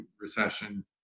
recession